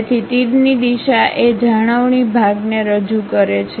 તેથી તીરની દિશા એ જાળવણી ભાગને રજૂ કરે છે